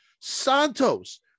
santos